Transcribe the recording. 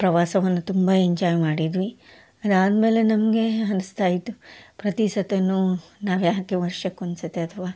ಪ್ರವಾಸವನ್ನು ತುಂಬಾ ಎಂಜಾಯ್ ಮಾಡಿದ್ವಿ ಅದಾದ್ಮೇಲೆ ನಮಗೆ ಅನ್ಸ್ತಾಯಿತ್ತು ಪ್ರತಿ ಸರ್ತಿನೂ ನಾವ್ಯಾಕೆ ವರ್ಷಕ್ಕೆ ಒಂದ್ಸತಿ ಅಥವಾ